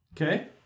Okay